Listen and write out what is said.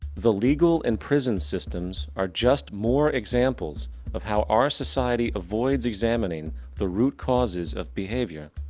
the legal and prison systems are just more examples of how our society avoids examining the root-causes of behavior.